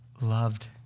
loved